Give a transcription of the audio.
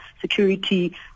security